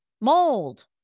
mold